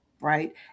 right